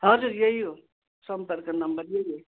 हजुर यही हो सम्पर्क नम्बर यही हो